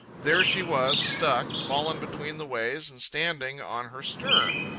there she was, stuck, fallen between the ways and standing on her stern.